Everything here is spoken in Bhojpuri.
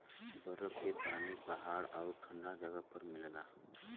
बरफ के पानी पहाड़ आउर ठंडा जगह पर मिलला